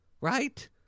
Right